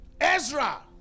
Ezra